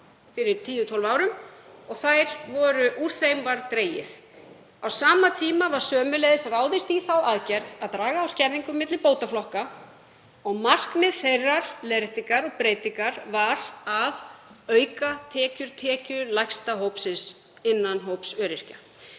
fyrir 10–12 árum. Úr þeim var dregið. Á sama tíma var sömuleiðis ráðist í þá aðgerð að draga úr skerðingum milli bótaflokka. Markmið þeirrar leiðréttingar og breytingar var að auka tekjur tekjulægsta hópsins innan hóps öryrkja.